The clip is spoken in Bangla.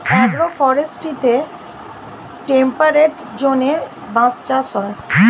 অ্যাগ্রো ফরেস্ট্রিতে টেম্পারেট জোনে বাঁশ চাষ হয়